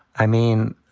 i mean,